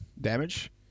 damage